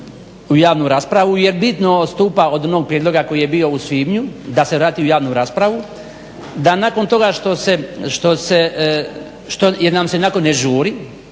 u javnu raspravu jer bitno odstupa od onog prijedloga koji je bio u svibnju da se vrati u javnu raspravu, da nakon toga što jer nam se i onako ne žuri,